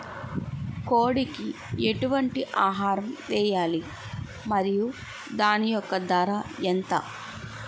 కోడి కి ఎటువంటి ఆహారం వేయాలి? మరియు దాని యెక్క ధర ఎంత?